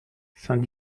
saint